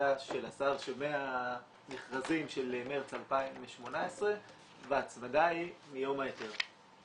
החלטה של השר שמהמכרזים של מרץ 2018 וההצמדה היא מיום ההיתר.